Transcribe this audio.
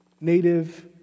native